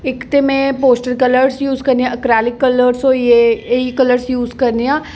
इक ते में पोस्टर कलर यूज करनी आं ऐक्रैलिक कलर होई गे इ'यै कलर यूज करनी आं